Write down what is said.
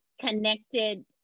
connected